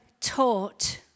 taught